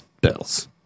bills